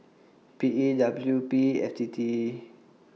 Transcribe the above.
P E W P F T T